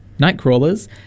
Nightcrawlers